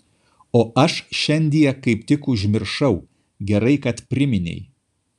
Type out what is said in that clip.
o aš šiandie kaip tik užmiršau gerai kad priminei